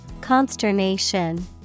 Consternation